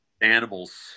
animals